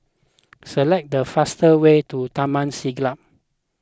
select the fastest way to Taman Siglap